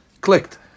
clicked